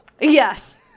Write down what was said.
yes